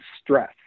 stress